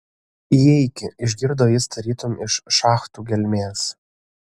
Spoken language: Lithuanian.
įeiki išgirdo jis tarytum iš šachtų gelmės